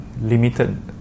limited